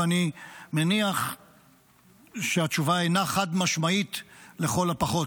ואני מניח שהתשובה אינה חד-משמעית לכל הפחות.